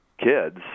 kids